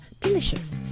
Delicious